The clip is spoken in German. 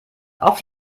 auf